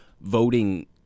voting